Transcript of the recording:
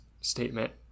statement